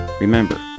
Remember